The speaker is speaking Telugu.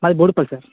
మాది బోడుపల్లి సార్